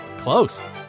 close